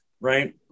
right